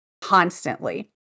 constantly